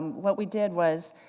what we did was,